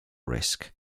risk